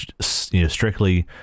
strictly